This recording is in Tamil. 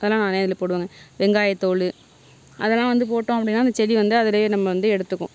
அதெல்லாம் நான் நிறையா இதில் போடுவங்க வெங்காய தோல் அதெல்லாம் வந்து போட்டோம் அப்படினா அந்த செடி வந்து அதுலேயே நம்ம வந்து எடுத்துக்கும்